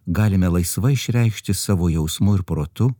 galime laisvai išreikšti savo jausmu ir protu